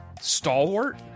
Stalwart